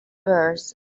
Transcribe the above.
worse